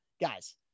guys